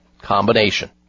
Combination